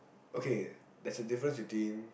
okay there's a difference between